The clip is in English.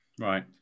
Right